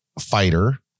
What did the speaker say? fighter